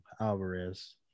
Alvarez